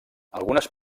algunes